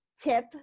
tip